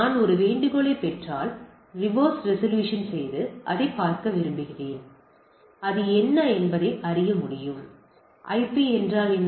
நான் ஒரு வேண்டுகோளைப் பெற்றால் ரிவர்ஸ் ரெசல்யூசன் செய்து அதைப் பார்க்க விரும்புகிறேன் என்பதை அறிய முடியும் ஐபி என்றால் என்ன